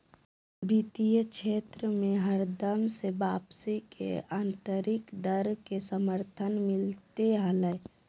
वित्तीय क्षेत्र मे हरदम से वापसी के आन्तरिक दर के समर्थन मिलते रहलय हें